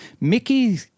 Mickey